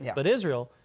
yeah but israel,